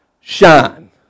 shine